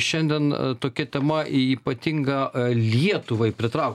šiandien tokia tema ji ypatinga lietuvai pritraukt